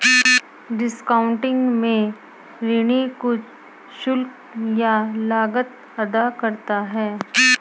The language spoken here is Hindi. डिस्कॉउंटिंग में ऋणी कुछ शुल्क या लागत अदा करता है